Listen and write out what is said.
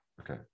Okay